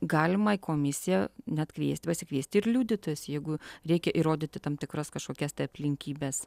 galima į komisiją net kviest pasikviesti ir liudytojus jeigu reikia įrodyti tam tikras kažkokias tai aplinkybes